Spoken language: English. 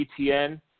BTN